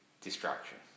destruction